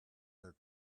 their